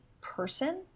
person